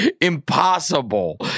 impossible